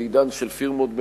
בעידן של פירמות בין-לאומיות,